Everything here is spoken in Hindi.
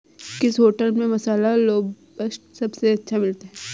किस होटल में मसाला लोबस्टर सबसे अच्छा मिलता है?